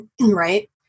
Right